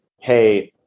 Hey